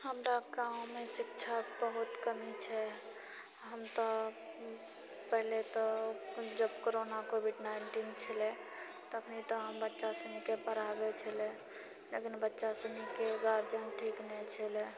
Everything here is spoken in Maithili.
हमरा गाँवमे शिक्षाके बहुत कमी छै हम तऽ पहिले तऽ जब कोरोना कोविड नाइनटीन छलै तखनी तऽ हम बच्चा सुनके पढाबै छलियै लेकिन बच्चा सुनीके गार्जियन ठीक नहि छलै